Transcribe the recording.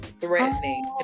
threatening